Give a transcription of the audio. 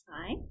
Hi